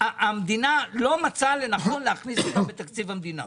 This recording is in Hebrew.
המדינה לא מצאה לנכון להכניס אותם לתקציב המדינה.